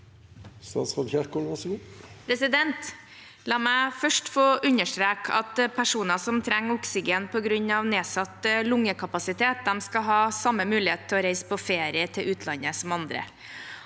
La meg først få understreke at personer som trenger oksygen på grunn av nedsatt lungekapasitet, skal ha samme mulighet til å reise på ferie til utlandet som andre.